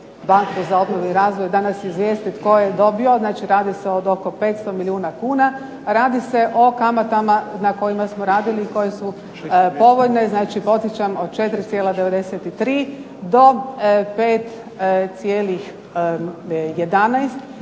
banku za obnovu i razvoj da nas izvijeste tko je dobio, znači radi se o oko 500 milijuna kuna. Radi se o kamatama na kojima smo radili, koje su povoljne, znači podsjećam od 4,93 do 5,11,